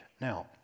Now